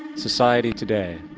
society today,